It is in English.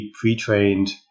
pre-trained